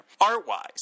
Art-wise